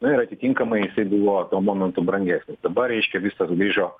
nu ir atitinkamai jisai buvo tuo momentu brangesnis dabar reiškia viskas grįžo